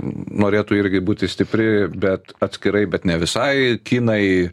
norėtų irgi būti stipri bet atskirai bet ne visai kinai